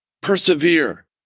Persevere